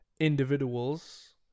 individuals